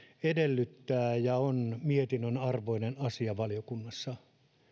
edellyttää käsittelyä ja on mietinnön arvoinen asia valiokunnassa